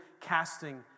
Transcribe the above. casting